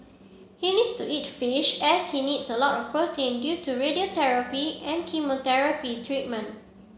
he needs to eat fish as he needs a lot of protein due to radiotherapy and chemotherapy treatment